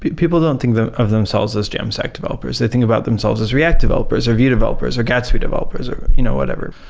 people don't think of themselves as jamstack developers. they think about themselves as react developers, or vue developers, or gatsby developers, or you know whatever.